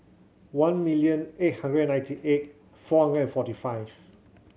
one million eight hundred and ninety eight four hundred and forty five